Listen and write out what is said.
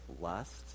lust